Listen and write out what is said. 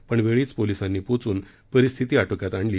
परंतु वेळीस पोलिसांनी पोहचून परिस्थिती आटोक्यात आणली